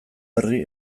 berri